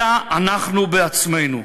אלא אנחנו בעצמנו.